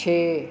ਛੇ